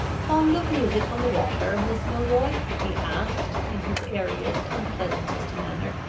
fond of music on the water, miss milroy? he asked, in his airiest and pleasantest manner.